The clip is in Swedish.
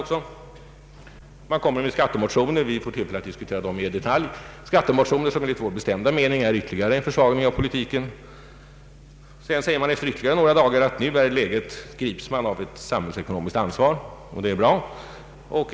Skattemotioner har lagts fram — vi får tillfälle att diskutera dem mer i detalj senare — som enligt vår bestämda mening innebär en ytterligare försvagning av vår ekonomiska politik. Efter ytterligare några dagar greps emellertid oppositionen av ett samhällsekonomiskt ansvar — det är i och för sig bara bra.